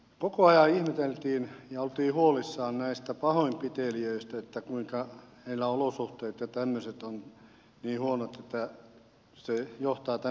koko ajan ihmeteltiin ja oltiin huolissaan näistä pahoinpitelijöistä kuinka heillä olosuhteet ja tämmöiset ovat niin huonot että se johtaa tämmöisiin ongelmiin